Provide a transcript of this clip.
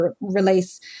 release